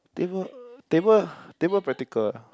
table uh table table practical ah